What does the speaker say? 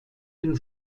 den